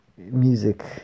Music